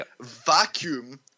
Vacuum